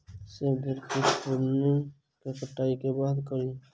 सेब बेर केँ प्रूनिंग वा कटाई केँ बाद की करि?